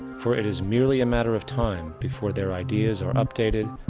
for it is merely a matter of time before their ideas are updated,